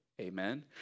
amen